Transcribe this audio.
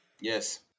Yes